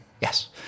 Yes